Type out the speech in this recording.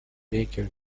baker